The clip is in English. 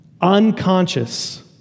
unconscious